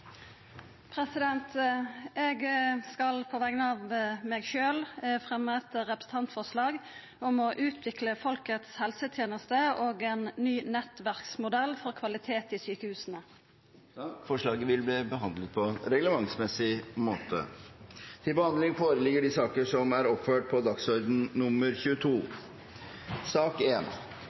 representantforslag. Eg skal på vegner av meg sjølv fremja eit representantforslag om å utvikla folkets helseteneste og ein ny nettverksmodell for kvalitet i sjukehusa. Forslaget vil bli behandlet på reglementsmessig måte. Etter ønske fra energi- og miljøkomiteen vil presidenten foreslå at taletiden blir begrenset til